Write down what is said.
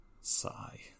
Sigh